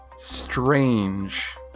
Strange